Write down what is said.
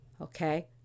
Okay